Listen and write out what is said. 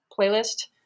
playlist